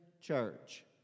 Church